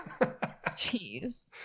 Jeez